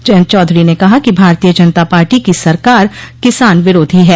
जयंत चौधरी ने कहा कि भारतीय जनता पार्टी की सरकार किसान विरोधी है